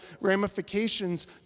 Ramifications